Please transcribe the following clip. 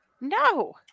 no